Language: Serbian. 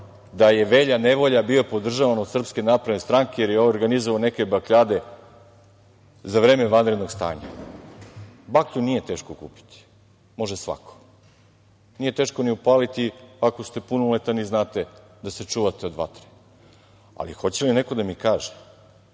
da je Velja Nevolja bio podržavan od SNS, jer je organizovao neke bakljade za vreme vanrednog stanja. Baklju nije teško kupiti, može svako. Nije je teško ni upaliti, ako ste punoletan, znate da se čuvate od vatre. Hoće li neko da mi kaže